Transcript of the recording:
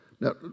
Now